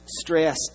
stress